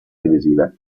televisive